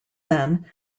then